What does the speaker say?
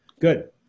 Good